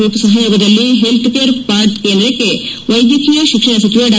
group ಸಪಯೋಗದಲ್ಲಿ health care ಪಾಡ್ ಕೇಂದ್ರಕ್ಷೆ ವೈದ್ಯಕೀಯ ಶಿಕ್ಷಣ ಸಚವ ಡಾ